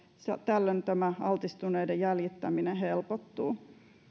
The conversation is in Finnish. tällöin tämä altistuneiden jäljittäminen helpottuu